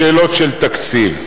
בשאלות של תקציב.